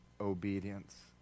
obedience